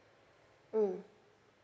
mm